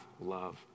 love